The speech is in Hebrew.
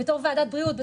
בתור ועדת בריאות,